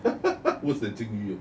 worse than 金鱼